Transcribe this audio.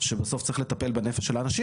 שבסוף צריך לטפל בנפש של האנשים.